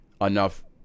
enough